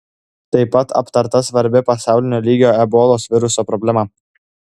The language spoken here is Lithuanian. tai pat aptarta svarbi pasaulinio lygio ebolos viruso problema